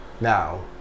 Now